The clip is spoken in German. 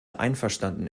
einverstanden